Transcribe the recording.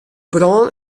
brân